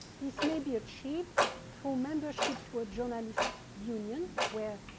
this may be achieved through membership to a journalist union where